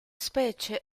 specie